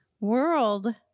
world